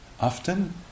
Often